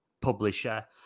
publisher